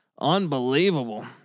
Unbelievable